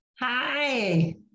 hi